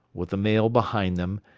with the mail behind them,